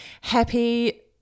happy